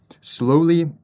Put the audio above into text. slowly